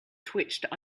twitched